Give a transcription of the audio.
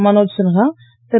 Manoj Sinha Thiru